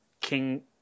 King